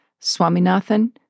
Swaminathan